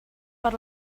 per